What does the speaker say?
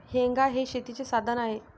हेंगा हे शेतीचे साधन आहे